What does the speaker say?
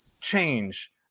change